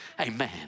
Amen